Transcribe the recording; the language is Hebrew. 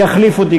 יחליף אותי,